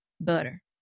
Butter